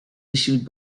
issued